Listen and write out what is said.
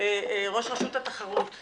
רשות התחרות,